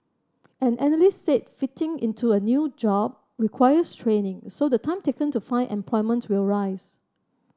an analyst said fitting into a new job requires training so the time taken to find employment will rise